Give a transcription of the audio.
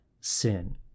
sin